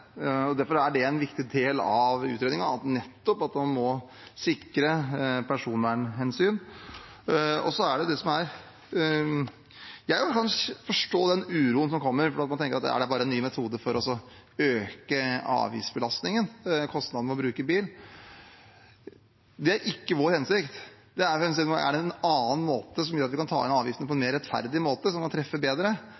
Derfor er det en viktig del av utredningen, nettopp at man må sikre personvernhensyn. Jeg kan også forstå den uroen som kommer, at man tenker at dette bare er en ny metode for å øke avgiftsbelastningen, kostnadene med å bruke bil. Det er ikke vår hensikt. Det er en annen måte som gjør at vi kan ta inn avgiftene på en